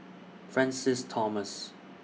Francis Thomas